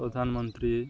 ପ୍ରଧାନମନ୍ତ୍ରୀ